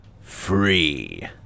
Free